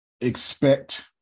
Expect